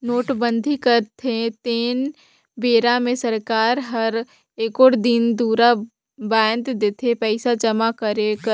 नोटबंदी करथे तेन बेरा मे सरकार हर एगोट दिन दुरा बांएध देथे पइसा जमा करे कर